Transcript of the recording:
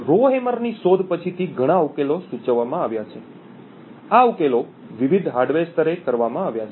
Rowhammer ની શોધ પછીથી ઘણાં ઉકેલો સૂચવવામાં આવ્યા છે આ ઉકેલો વિવિધ હાર્ડવેર સ્તરે કરવામાં આવ્યા છે